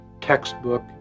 textbook